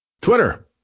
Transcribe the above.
Twitter